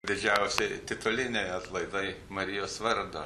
dižiausi tituliniai atlaidai marijos vardo